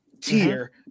tier